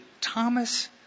Thomas